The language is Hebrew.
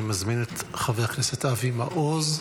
אני מזמין את חבר הכנסת אבי מעוז,